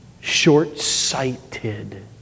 short-sighted